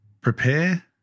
Prepare